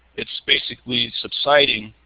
it's basically subsiding.